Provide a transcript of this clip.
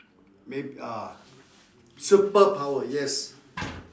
may~ ah superpower yes